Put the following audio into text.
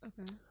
Okay